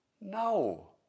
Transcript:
No